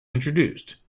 introduced